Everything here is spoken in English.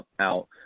out